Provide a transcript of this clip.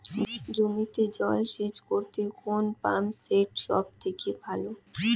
জমিতে জল সেচ করতে কোন পাম্প সেট সব থেকে ভালো?